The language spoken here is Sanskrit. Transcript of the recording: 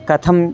कथं